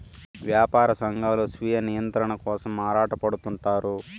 యాపార సంఘాలు స్వీయ నియంత్రణ కోసం ఆరాటపడుతుంటారు